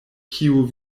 kiu